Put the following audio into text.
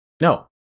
no